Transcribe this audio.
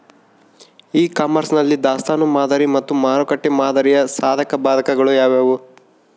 E commerce ನಲ್ಲಿ ದಾಸ್ತನು ಮಾದರಿ ಮತ್ತು ಮಾರುಕಟ್ಟೆ ಮಾದರಿಯ ಸಾಧಕಬಾಧಕಗಳು ಯಾವುವು?